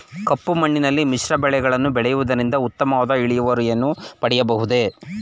ಕಪ್ಪು ಮಣ್ಣಿನಲ್ಲಿ ಮಿಶ್ರ ಬೆಳೆಗಳನ್ನು ಬೆಳೆಯುವುದರಿಂದ ಉತ್ತಮವಾದ ಇಳುವರಿಯನ್ನು ಪಡೆಯಬಹುದೇ?